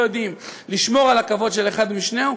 יודעים לשמור על הכבוד של אחד למשנהו,